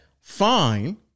fine